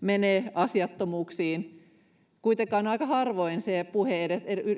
menee asiattomuuksiin kuitenkin aika harvoin se puhe